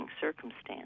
circumstance